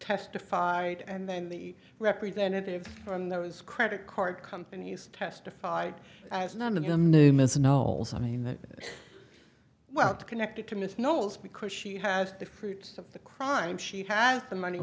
testified and then the representative from those credit card companies testified as none of them name is no i mean that well connected to miss knowles because she has the fruit of the crime she has the money